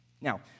Now